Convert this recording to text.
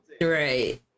Right